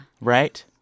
Right